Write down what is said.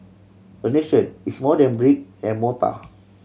a nation is more than brick and mortar